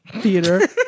Theater